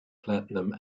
platinum